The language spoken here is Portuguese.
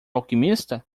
alquimista